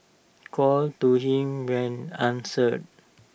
calls to him went answered